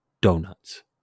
donuts